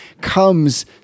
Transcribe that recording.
comes